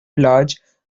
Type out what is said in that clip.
large